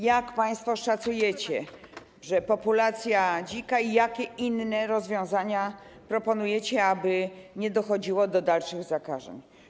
Jak państwo szacujecie populację dzików i jakie inne rozwiązania proponujecie, aby nie dochodziło do dalszych zakażeń?